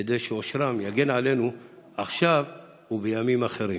/ כדי שאושרם יגן עלינו / עכשיו ובימים האחרים."